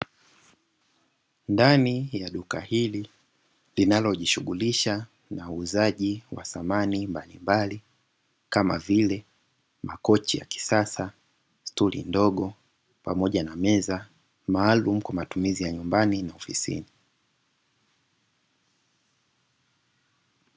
Ndani ya duka hili linalojishughulisha na uuzaji wa samani mbalimbali kama vile makochi ya kisasa, stuli ndogo pamoja na meza maalumu kwa matumizi ya nyumbani na ofisini.